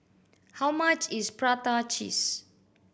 how much is prata cheese